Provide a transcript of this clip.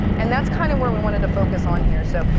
and that's kind of where we wanted to focus on here, so.